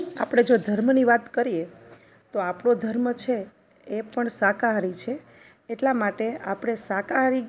આપડે જો ધર્મની વાત કરીએ તો આપણો ધર્મ છે એ પણ શાકાહારી છે એટલા માટે આપણે શાકાહારી